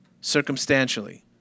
circumstantially